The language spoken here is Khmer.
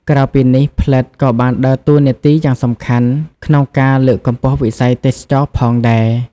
ក្រៅពីនេះ ផ្លិតក៏បានដើរតួនាទីយ៉ាងសំខាន់ក្នុងការ លើកកម្ពស់វិស័យទេសចរណ៍ផងដែរ។